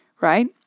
right